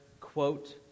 quote